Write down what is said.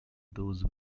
those